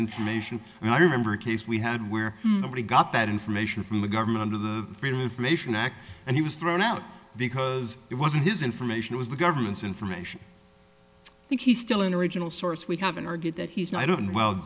information and i remember a case we had where nobody got that information from the government under the freedom of information act and he was thrown out because it wasn't his information was the government's information i think he's still an original source we haven't argued that he's no i don't